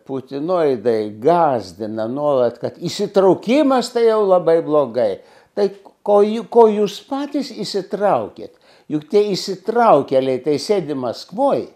putino aidai gąsdina nuolat kad įsitraukimas tai jau labai blogai tai ko jų ko jūs patys įsitraukėt juk tie įsitraukėliai tai sėdi maskvoj